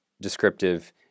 descriptive